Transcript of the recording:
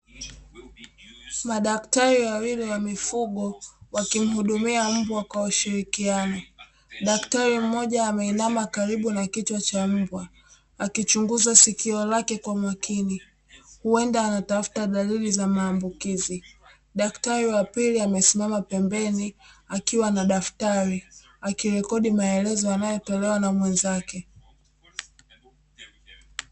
Madaktari wawili wa mifugo wakimhudumia mbwa kwa ushirikiano, daktari mmoja ameinama karibu na kichwa cha mbwa, akichunguza sikio lake kwa makini, huenda anatafuta dalili za maambukizi, daktari wa pili amesimama pembeni, akiwa na daftari akirekodi maelezo yanayotolewa na mwenzake.